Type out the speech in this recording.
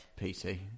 PC